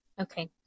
Okay